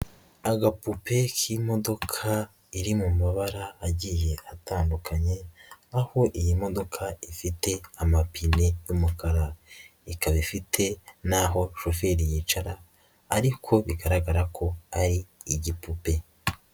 Agapupe k'imodoka iri mu mabara agiye atandukanye. Aho iyi modoka ifite amapine y'umukara ikaba ifite naho shoferi yicara ariko bigaragara ko ari igipupe.